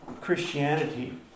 Christianity